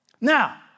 Now